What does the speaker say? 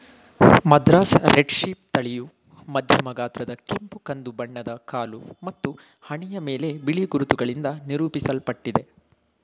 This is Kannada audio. ಮದ್ರಾಸ್ ರೆಡ್ ಶೀಪ್ ತಳಿಯು ಮಧ್ಯಮ ಗಾತ್ರದ ಕೆಂಪು ಕಂದು ಬಣ್ಣದ ಕಾಲು ಮತ್ತು ಹಣೆಯ ಮೇಲೆ ಬಿಳಿ ಗುರುತುಗಳಿಂದ ನಿರೂಪಿಸಲ್ಪಟ್ಟಿದೆ